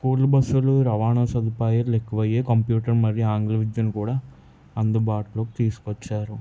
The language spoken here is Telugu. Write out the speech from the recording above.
స్కూలు బస్సులు రవాణా సదుపాయాలు ఎక్కువయ్యాయి కంప్యుటర్ మరియు ఆంగ్లవిద్యను కూడా అందుబాటులోకి తీసుకొచ్చారు